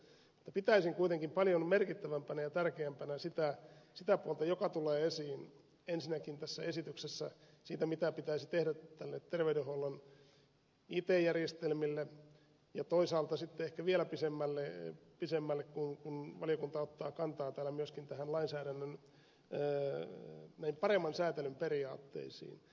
mutta pitäisin kuitenkin paljon merkittävämpänä ja tärkeämpänä sitä puolta joka tulee esiin ensinnäkin tässä esityksessä siinä mitä pitäisi tehdä näille terveydenhuollon it järjestelmille ja toisaalta ehkä vielä pidemmälle mennen kun valiokunta ottaa kantaa myöskin lainsäädäntöön näille paremman säätelyn periaatteille